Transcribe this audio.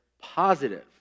positive